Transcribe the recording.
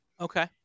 Okay